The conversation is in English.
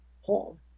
home